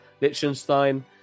Liechtenstein